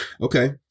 Okay